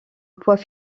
poids